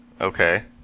Okay